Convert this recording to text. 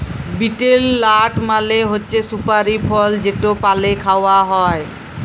betel লাট মালে হছে সুপারি ফল যেট পালে খাউয়া হ্যয়